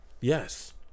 Yes